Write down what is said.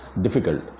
difficult